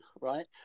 right